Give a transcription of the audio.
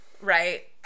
right